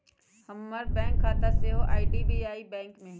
हमर बैंक खता सेहो आई.डी.बी.आई बैंक में हइ